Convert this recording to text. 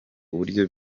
buryo